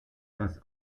das